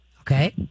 Okay